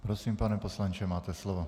Prosím, pane poslanče, máte slovo.